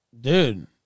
Dude